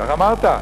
כך אמרת.